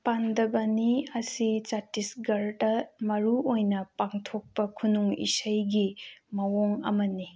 ꯄꯥꯟꯗꯕꯅꯤ ꯑꯁꯤ ꯆꯇꯤꯁꯒꯔꯗ ꯃꯔꯨ ꯑꯣꯏꯅ ꯄꯥꯡꯊꯣꯛꯄ ꯈꯨꯅꯨꯡ ꯏꯁꯩꯒꯤ ꯃꯑꯣꯡ ꯑꯃꯅꯤ